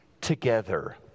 together